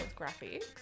graphics